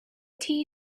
tea